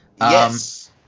Yes